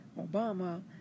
Obama